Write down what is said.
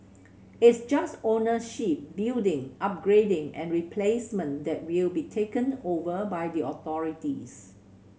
it's just ownership building upgrading and replacement that will be taken over by the authorities